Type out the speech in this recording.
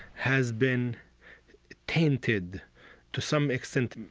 has been tainted to some extent,